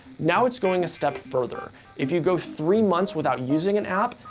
now it's going a step further. if you go three months without using an app,